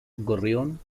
gorrión